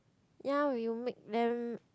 ya we will make them